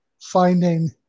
finding